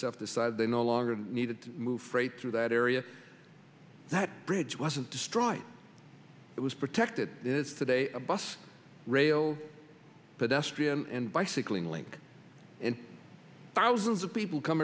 s f decided they no longer needed to move freight through that area that bridge wasn't destroyed it was protected it is today a bus rail pedestrian and bicycling link and thousands of people come